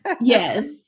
Yes